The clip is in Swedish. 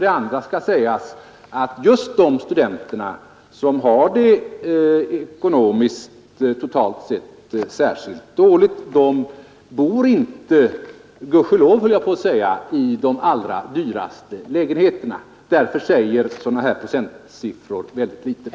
Det andra som skall sägas är att just de studenter som har det ekonomiskt sett särskilt dåligt inte bor — gudskelov höll jag på att säga — i de allra dyraste lägenheterna. Därför säger sådana procentsiffror ganska litet.